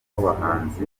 w’abahanzi